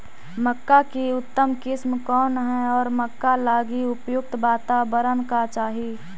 मक्का की उतम किस्म कौन है और मक्का लागि उपयुक्त बाताबरण का चाही?